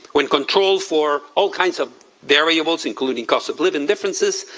when controlled for all kinds of variables, including cost of living differences,